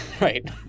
right